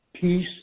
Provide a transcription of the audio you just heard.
Peace